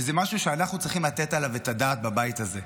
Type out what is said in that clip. וזה משהו שאנחנו צריכים לתת עליו את הדעת בבית הזה.